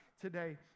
today